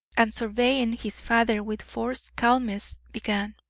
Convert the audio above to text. and surveying his father with forced calmness, began